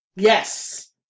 Yes